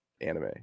anime